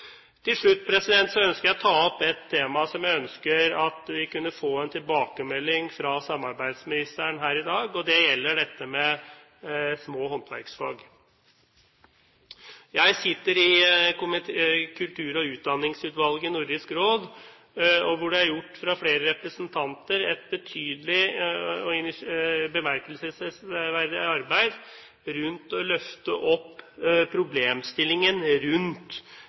Til slutt ønsker jeg å ta opp et tema som jeg ønsker at vi kunne få en tilbakemelding på fra samarbeidsministeren her i dag, og det gjelder dette med små håndverksfag. Jeg sitter i kultur- og utdanningsutvalget i Nordisk Råd, og hvor det fra flere representanter er gjort et betydelig og bemerkelsesverdig arbeid for å løfte opp problemstillingen